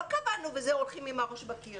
לא קבענו בזה שהולכים עם הראש בקיר.